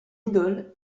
idole